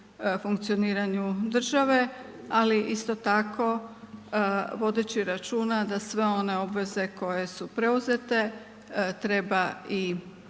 funkcioniranju države, ali isto tako vodeći računa da sve one obveze koje su preuzete treba i rješavati